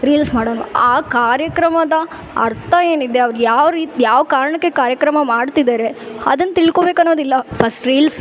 reels ಮಾಡೋನು ಆ ಕಾರ್ಯಕ್ರಮದ ಅರ್ಥ ಏನಿದೆ ಅದು ಯಾವ ರೀ ಯಾವ ಕಾರಣಕ್ಕೆ ಕಾರ್ಯಕ್ರಮ ಮಾಡ್ತಿದಾರೆ ಅದನ್ ತಿಳ್ಕೊಬೇಕು ಅನ್ನೋದಿಲ್ಲ ಫಸ್ಟ್ ರೀಲ್ಸ್